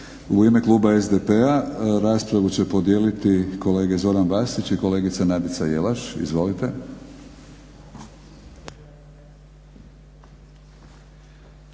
U ime kluba SDP-a raspravu će podijeliti kolege Zoran Vasić i kolegica Nadica Jelaš. Izvolite.